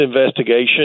investigation